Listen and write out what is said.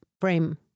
frame